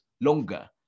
longer